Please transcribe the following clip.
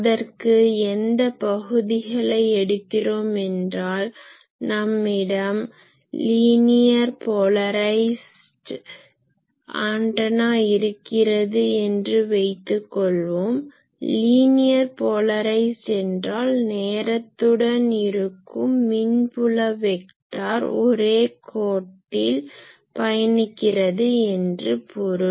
அதற்கு எந்த பகுதிகளை எடுக்கிறோம் என்றால் நம்மிடம் லீனியர் போலரைஸ்ட் linearly polarized நேரியல்முனைவாக்க ஆன்டனா இருக்கிறது என்று வைத்துக் கொள்வோம் லீனியர் போலரைஸ்ட் என்றால் நேரத்துடன் இருக்கும் மின் புல வெக்டார் ஒரே கோட்டில் பயணிக்கிறது என்று பொருள்